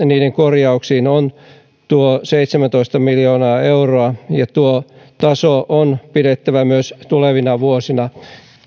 niiden korjauksiin on tuo seitsemäntoista miljoonaa euroa ja tuo taso on pidettävä myös tulevina vuosina